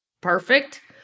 perfect